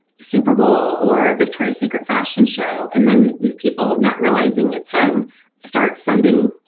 super bowl or a victoria's secret fashion show and then these people not realizing it's him start sending.